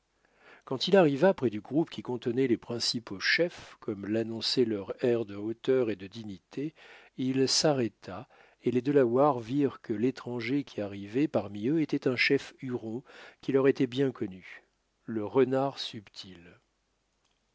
quand il arriva près du groupe qui contenait les principaux chefs comme l'annonçait leur air de hauteur et de dignité il s'arrêta et les delawares virent que l'étranger qui arrivait parmi eux était un chef huron qui leur était bien connu le renard subtil